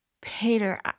Peter